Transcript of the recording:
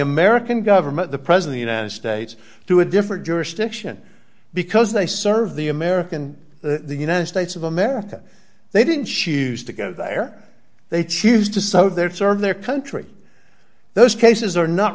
american government the present the united states to a different jurisdiction because they serve the american the united states of america they didn't choose to go there they choose to so they're served their country those cases are not